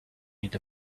need